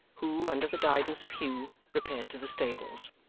who, under the guidance of hugh, repaired to the stables.